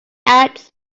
ads